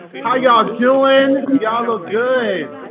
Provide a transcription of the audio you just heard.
how y'all doing? y'all look good.